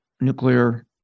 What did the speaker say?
nuclear